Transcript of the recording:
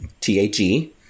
T-H-E